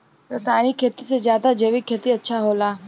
रासायनिक खेती से ज्यादा जैविक खेती अच्छा होला